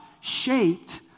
shaped